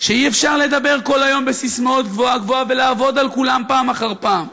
שאי-אפשר לדבר כל היום בססמאות גבוהה-גבוהה ולעבוד על כולם פעם אחר פעם.